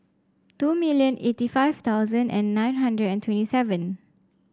two million eighty five thousand and nine hundred and twenty seven